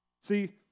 See